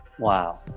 Wow